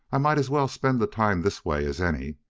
i might as well spend the time this way as any.